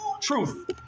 truth